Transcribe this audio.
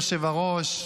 אדוני היושב-ראש,